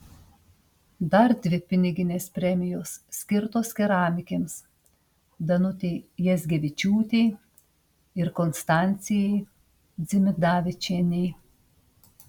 dar dvi piniginės premijos skirtos keramikėms danutei jazgevičiūtei ir konstancijai dzimidavičienei